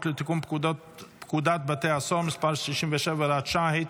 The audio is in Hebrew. לתיקון פקודת בתי הסוהר (מס' 67 והוראת שעה),